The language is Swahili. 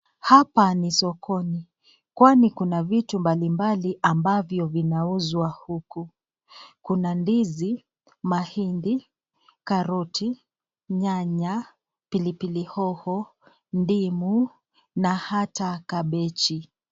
Hapa ni sokoni, kwani kuna vitu mbalimbali ambavyo vinauzwa huku. Kuna ndizi, mahindi, karoti, nyanya , pilipili hoho, ndimu na hata kabeji.